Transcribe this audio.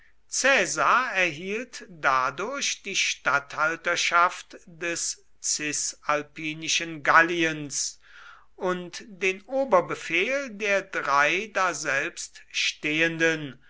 erhielt dadurch die statthalterschaft des cisalpinischen galliens und den oberbefehl der drei daselbst stehenden